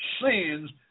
sins